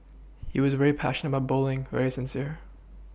he was very passionate about bowling very sincere